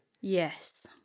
yes